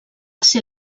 ser